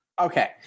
Okay